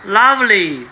lovely